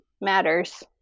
matters